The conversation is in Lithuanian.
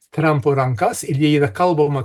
trampo rankas ir jei yra kalbama